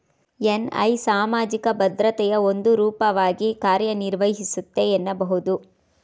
NI ಸಾಮಾಜಿಕ ಭದ್ರತೆಯ ಒಂದು ರೂಪವಾಗಿ ಕಾರ್ಯನಿರ್ವಹಿಸುತ್ತೆ ಎನ್ನಬಹುದು